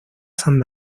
san